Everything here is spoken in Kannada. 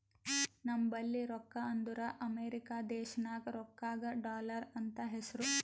ನಂಬಲ್ಲಿ ರೊಕ್ಕಾ ಅಂದುರ್ ಅಮೆರಿಕಾ ದೇಶನಾಗ್ ರೊಕ್ಕಾಗ ಡಾಲರ್ ಅಂತ್ ಹೆಸ್ರು